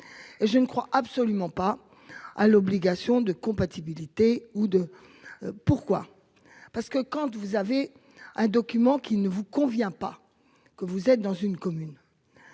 Je ne crois absolument pas à l'obligation de compatibilité ou de. Pourquoi, parce que quand vous avez un document qui ne vous convient pas que vous êtes dans une commune.